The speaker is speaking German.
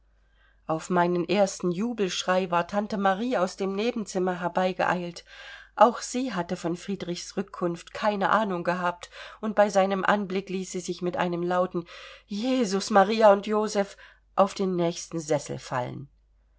auf meinen ersten jubelschrei war tante marie aus dem nebenzimmer herheigeeilt auch sie hatte von friedrichs rückkunft keine ahnung gehabt und bei seinem anblick ließ sie sich mit einem lauten jesus maria und joseph auf den nächsten sessel fallen